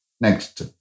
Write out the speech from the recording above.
Next